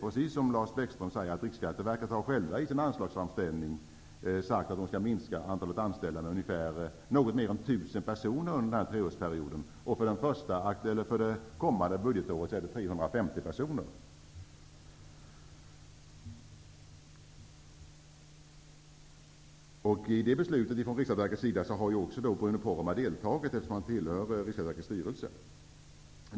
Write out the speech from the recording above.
Precis som Lars Bäckström sade, har man i Riksskatteverkets egen anslagsframställning sagt att man skall minska antalet anställda med drygt tusen personer under treårsperioden; för det kommande budgetåret rör det sig om 350 personer. I det beslutet har ju även Bruno Poromaa deltagit eftersom han tillhör Riksskatteverkets styrelse.